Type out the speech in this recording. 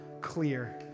clear